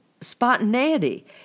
spontaneity